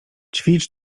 ćwicz